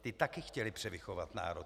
Ti také chtěli převychovat národ.